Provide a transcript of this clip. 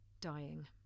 dying